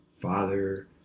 father